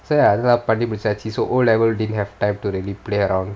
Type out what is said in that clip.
so அதுலாம் பண்ணி முடிச்சாச்சு:athulaam panni mudichaachi so O level didn't have time to really play around